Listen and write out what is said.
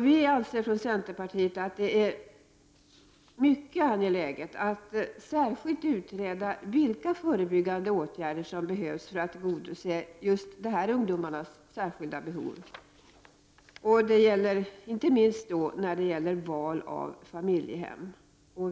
Vi i centerpartiet anser att det är mycket angeläget att särskilt utreda vilka förebyggande åtgärder som behövs för att tillgodose just dessa ungdomars behov, inte minst när det gäller val av familjehem.